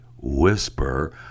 whisper